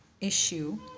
issue